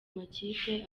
makipe